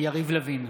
יריב לוין,